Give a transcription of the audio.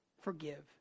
forgive